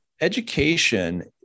education